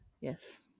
Yes